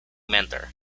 mentor